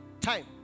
time